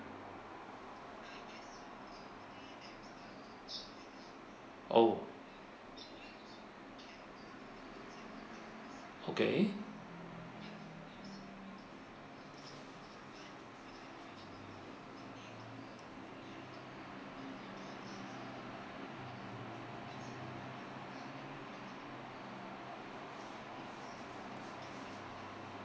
oh okay